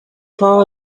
far